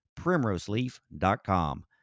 primroseleaf.com